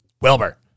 Wilbur